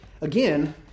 Again